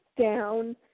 down